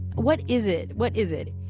what is it, what is it.